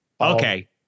Okay